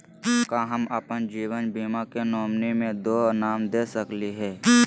का हम अप्पन जीवन बीमा के नॉमिनी में दो नाम दे सकली हई?